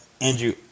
Andrew